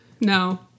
No